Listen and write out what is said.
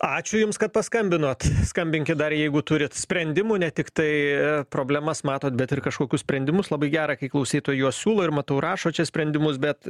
ačiū jums kad paskambinot skambinkit dar jeigu turit sprendimų ne tiktai problemas matot bet ir kažkokius sprendimus labai gera kai klausytojai juos siūlo ir matau rašo čia sprendimus bet